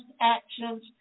actions